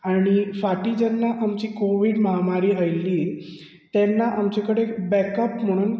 आनी फाटीं जेन्ना आमची कॉवीड मारी आयिल्ली तेन्ना आमचे कडेन बॅक अप म्हणून